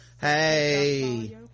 Hey